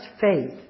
faith